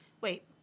wait